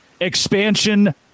expansion